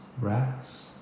rest